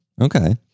Okay